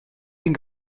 den